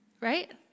right